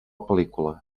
pel·lícula